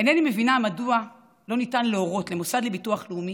אינני מבינה מדוע לא ניתן להורות למוסד לביטוח לאומי,